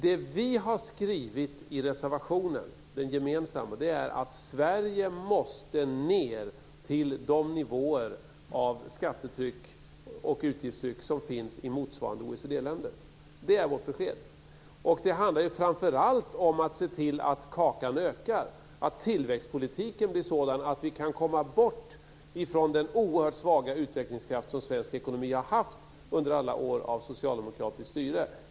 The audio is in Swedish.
Det vi har skrivit i den gemensamma reservationen är att Sverige måste ned till de nivåer på skattetryck och utgiftstryck som finns i motsvarande OECD-länder. Det är vårt besked. Det handlar framför allt om att se till att kakan ökar. Tillväxtpolitiken måste bli sådan att vi kan komma bort från den oerhört svaga utvecklingskraft som svensk ekonomi har haft under alla år av socialdemokratiskt styre.